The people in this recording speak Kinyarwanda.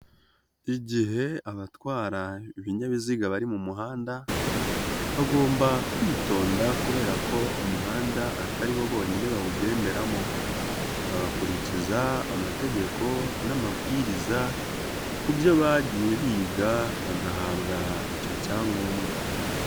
Igihe abatwara ibinyabiziga bari mu muhanda, bagomba kwitonda kubera ko umuhanda atari bo bonyine bawugenderamo. Bagakurikiza amategeko n'amabwiriza ku byo bagiye biga bagahabwa icyo cyangombwa.